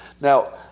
Now